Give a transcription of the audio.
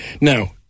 Now